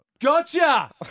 Gotcha